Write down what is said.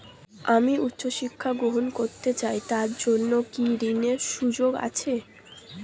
আমি উচ্চ শিক্ষা গ্রহণ করতে চাই তার জন্য কি ঋনের সুযোগ আছে?